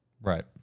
Right